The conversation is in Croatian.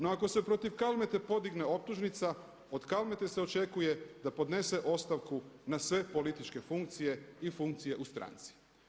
No, ako se protiv Kalmete podigne optužnica od Kalmete se očekuje da podnese ostavku na sve političke funkcije i funkcije u stranci.